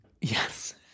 Yes